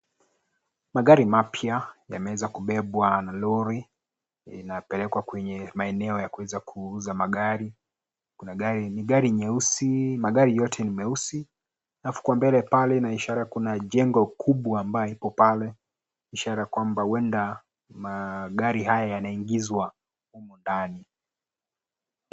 Magari mapya, yameweza kubebwa na lori. Inapelekwa kwenye maeneo ya kuweza kuuza magari. Kuna gari ni gari nyeusi, magari yote ni meusi. Alafu kwa mbele pale ina ishara kuna jengo kubwa ambayo ipo pale, ishara kwamba huenda, magari haya yanaingizwa, humu ndani.